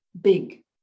big